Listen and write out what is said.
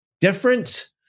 different